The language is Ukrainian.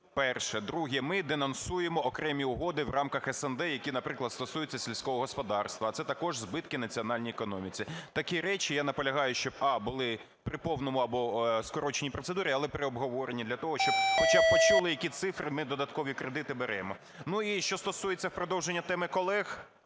Перше. Друге. Ми денонсуємо окремі угоди в рамках СНД, які, наприклад, стосуються сільського господарства. А це також збитки в національній економіці. Такі речі я наполягаю, щоб а) були при повній або скороченій процедурі, але при обговорення, для того щоб хоча б почули, які цифри, ми додаткові кредити беремо. І що стосується в продовження теми колег.